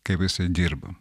kaip jisai dirba